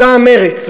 מטעם מרצ,